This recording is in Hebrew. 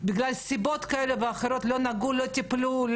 בגלל סיבות כאלה ואחרות לא נגעו, לא טיפלו,